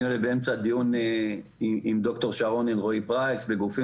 אני באמצע הדיון עם ד"ר שרון אלרעי פרייס וגופים